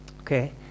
Okay